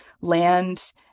land